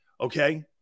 Okay